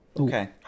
Okay